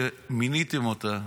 שמיניתם אותה,